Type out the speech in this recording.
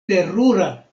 terura